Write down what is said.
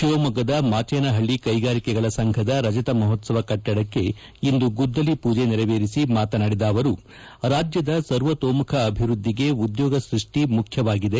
ಶಿವಮೊಗ್ಗದ ಮಾಚೇನಹಳ್ಳಿ ಕೈಗಾರಿಕೆಗಳ ಸಂಘದ ರಜತ ಮಹೋತ್ಸವ ಕಟ್ಟದಕ್ಕೆ ಇಂದು ಗುದ್ದಲಿ ಪೂಜೆ ನೆರವೇರಿಸಿ ಮಾತನಾದಿದ ಅವರು ರಾಜ್ಯದ ಸರ್ವತೋಮುಖ ಅಭಿವ್ವದ್ದಿಗೆ ಉದ್ಯೋಗ ಸ್ಪಷ್ಟಿ ಮುಖ್ಯವಾಗಿದೆ